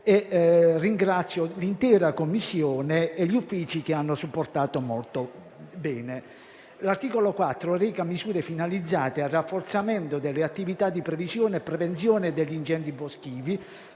Ringrazio l'intera Commissione e gli uffici che ci hanno supportato molto bene. L'articolo 4 reca misure finalizzate al rafforzamento delle attività di previsione e prevenzione degli incendi boschivi,